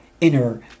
inner